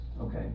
okay